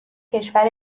کشور